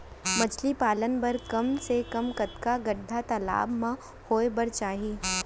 मछली पालन बर कम से कम कतका गड्डा तालाब म होये बर चाही?